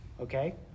okay